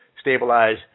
stabilize